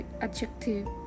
adjective